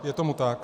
Je tomu tak.